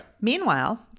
Meanwhile